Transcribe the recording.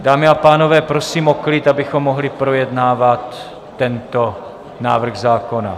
Dámy a pánové, prosím o klid, abychom mohli projednávat tento návrh zákona.